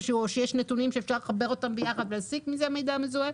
שהוא או שיש נתונים שאפשר לחבר ואתם ביחד ולהפיק מזה מידע מזוהה